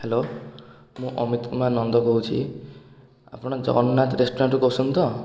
hello ମୁଁ ଅମିତ୍ କୁମାର ନନ୍ଦ କହୁଛି ଆପଣ ଜଗନ୍ନାଥ ରେଷ୍ଟୁରାଣ୍ଟରୁ କହୁଛନ୍ତି ତ